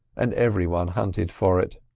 and every one hunted for it.